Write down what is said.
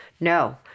no